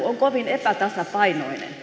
on kovin epätasapainoinen